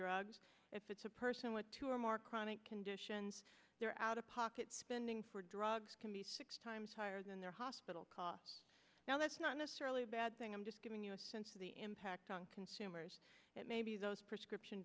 drugs if it's a person with two or more chronic conditions they're out of pocket spending for drugs can be six times higher than their hospital costs now that's not necessarily a bad thing i'm just giving you a sense of the impact on consumers that maybe those prescription